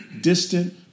distant